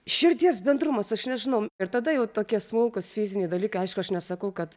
širdies bendrumas aš nežinau ir tada jau tokie smulkūs fiziniai dalykai aišku aš nesakau kad